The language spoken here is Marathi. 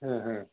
हां हां